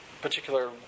particular